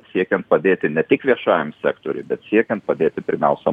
siekian padėti ne tik viešajam sektoriui bet siekiant padėti pirmiausia